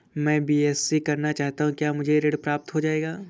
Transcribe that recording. मैं बीएससी करना चाहता हूँ क्या मुझे ऋण प्राप्त हो जाएगा?